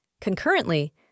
Concurrently